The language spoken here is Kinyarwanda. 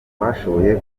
bashoboye